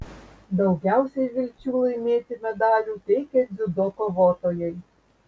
daugiausiai vilčių laimėti medalių teikė dziudo kovotojai